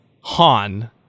han